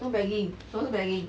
什么 bagging 什么是 bagging